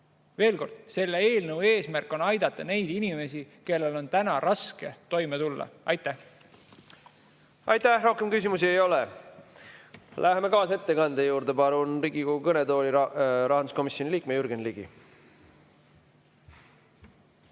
Veel kord: selle eelnõu eesmärk on aidata neid inimesi, kellel on täna raske toime tulla. Aitäh! Rohkem küsimusi ei ole. Läheme kaasettekande juurde. Palun Riigikogu kõnetooli rahanduskomisjoni liikme Jürgen Ligi.